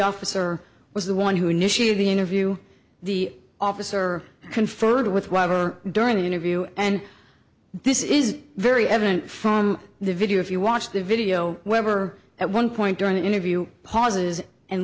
officer was the one who initiated the interview the officer conferred with whatever during the interview and this is very evident from the video if you watch the video webber at one point during an interview pauses and